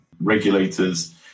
regulators